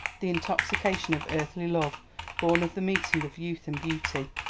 the intoxication of earthly love born of the meeting of youth and beauty.